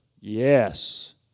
Yes